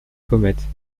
comète